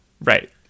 Right